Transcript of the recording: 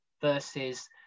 versus